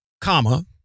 comma